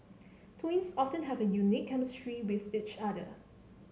twins often have a unique chemistry with each other